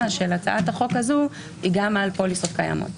של הצעת החוק הזאת היא גם על פוליסות קיימות.